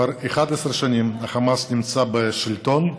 כבר 11 שנים החמאס נמצא בשלטון,